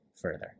further